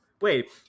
Wait